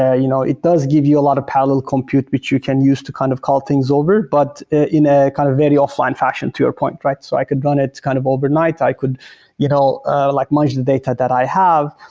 ah you know it does give you a lot of parallel compute, which you can use to kind of call things over, but in a kind of very offline fashion to your point, right? so i could run it kind of overnight. i could you know ah like merge the data that i have,